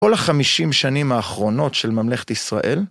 כל החמישים שנים האחרונות של ממלכת ישראל?